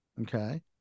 Okay